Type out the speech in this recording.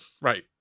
right